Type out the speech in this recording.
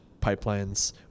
pipelines